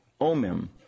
OMIM